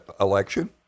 election